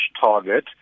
target